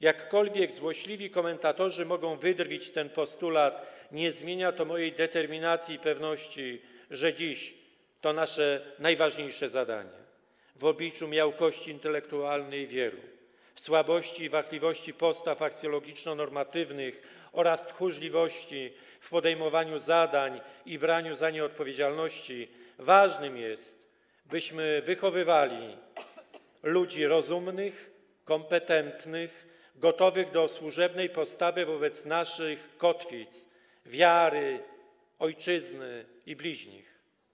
Jakkolwiek złośliwi komentatorzy mogą wydrwić ten postulat, nie zmienia to mojej determinacji i pewności, że dziś to nasze najważniejsze zadanie w obliczu miałkości intelektualnej wielu, słabości i wahliwości postaw aksjologiczno-normatywnych oraz tchórzliwości w podejmowaniu zadań i braniu za nie odpowiedzialności ważnym jest, byśmy wychowywali ludzi rozumnych, kompetentnych, gotowych do służebnej postawy wobec naszych kotwic: wiary, ojczyzny i bliźnich.